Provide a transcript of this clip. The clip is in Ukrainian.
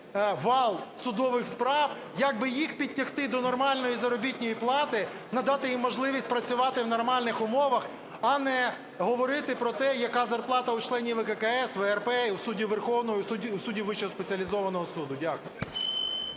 вал судових справ, як би їх підтягти до нормальної заробітної плати, надати їм можливість працювати в нормальних умовах, а не говорити про те, яка зарплата у членів ВККС, ВРП і у суддів Верховного, і у